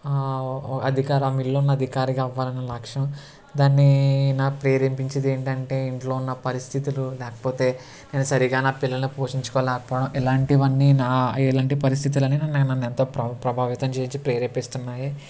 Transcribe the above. అధికారం మిల్లు ఉన్న అధికారిగా అవ్వాలని లక్ష్యం దానిని నా ప్రేరేపించేది ఏంటంటే ఇంట్లో ఉన్న పరిస్థితులు లేకపోతే నేను సరిగ్గా నా పిల్లల్ని పోషించుకోలేకపోవడం ఇలాంటివన్నీ నా ఇలాంటి పరిస్థితులన్నీ నన్ను ఎంతో ప్రబ ప్రభావితం చేయించి ప్రేరేపిస్తున్నాయి